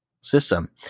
system